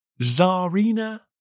Tsarina